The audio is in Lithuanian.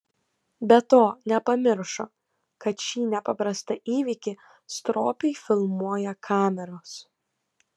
be to nepamiršo kad šį nepaprastą įvykį stropiai filmuoja kameros